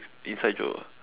inside joke ah